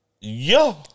Yo